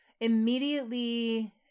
immediately